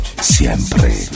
siempre